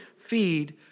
feed